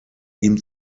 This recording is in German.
ihm